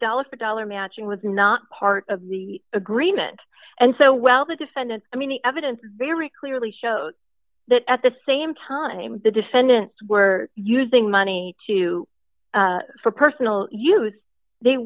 dollar for dollar matching was not part of the agreement and so well the defendant i mean the evidence very clearly shows that at the same time the defendants were using money to for personal use they